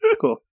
Cool